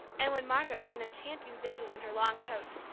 and when margaret was an enchanting vision in her long coat,